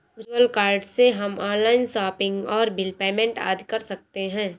virtual card से हम online shopping और बिल पेमेंट आदि कर सकते है